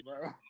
bro